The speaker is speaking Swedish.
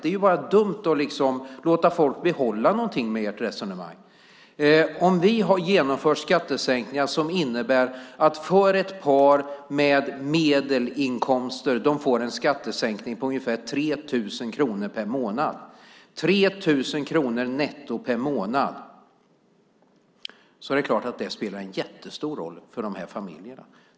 Det är ju bara dumt att låta folk behålla någonting med ert resonemang. Vi har genomfört skattesänkningar som innebär att ett par med medelinkomster får en skattesänkning på ungefär 3 000 kronor netto per månad. Det är klart att det spelar en jättestor roll för de här familjerna.